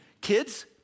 Kids